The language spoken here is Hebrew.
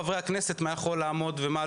חברי הכנסת --- דווקא רוב המעונות,